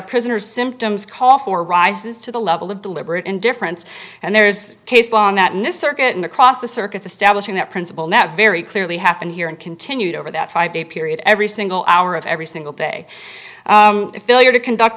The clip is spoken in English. a prisoner's symptoms call for rises to the level of deliberate indifference and there's case law on that in this circuit and across the circuits establishing that principle now very clearly happened here and continued over that five day period every single hour of every single day to fill your conduct